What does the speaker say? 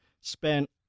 spent